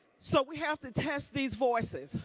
so we have to test these voices.